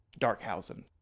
Darkhausen